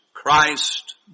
Christ